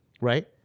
right